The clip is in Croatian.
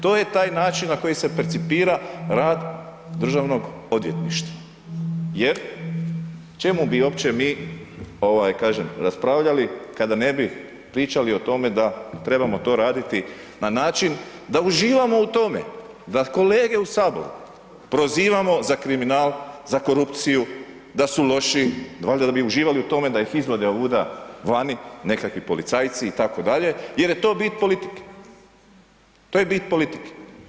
To je taj način na koji se percipira rad DORH-a jer čemu bi uopće mi raspravljali kada ne bi pričali o tome da trebamo to raditi na način da uživamo u tome, da kolege u Saboru prozivamo za kriminal, za korupciju, da su loši, valjda da bi uživali u tome da ih izvode ovuda vani nekakvi policajci itd. jer je to bit politike, to je bit politike.